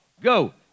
Go